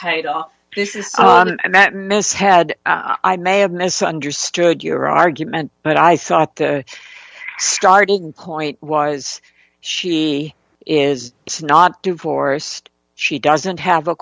met miss had i may have misunderstood your argument but i thought the starting point was she is not divorced she doesn't have a